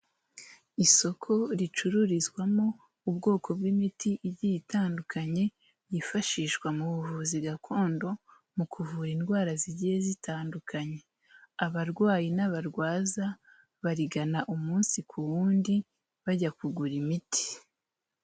Isoko ricururizwamo ubwoko bw'imiti igiye itandukanye yifashishwa mu buvuzi gakondo, mu kuvura indwara zigiye zitandukanye. Abarwayi n'abarwaza barigana umunsi ku wundi bajya kugura imiti.